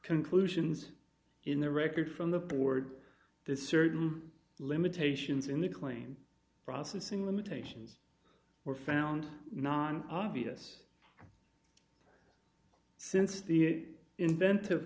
conclusions in the record from the board there's certain limitations in the claim processing limitations were found non obvious since the inventive